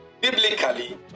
Biblically